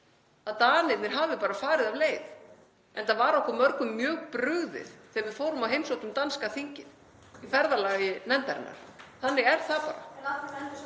að Danirnir hafi farið af leið, enda var okkur mörgum mjög brugðið þegar við fórum og heimsóttum danska þingið í ferðalagi nefndarinnar. Þannig er það bara.